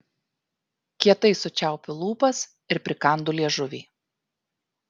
kietai sučiaupiu lūpas ir prikandu liežuvį